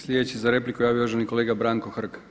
Sljedeći se za repliku javio uvaženi kolega Branko Hrg.